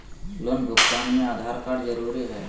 Loan भुगतान में Aadhaar card जरूरी है?